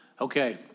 Okay